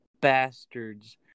bastards